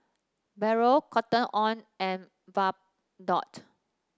Barrel Cotton On and Bardot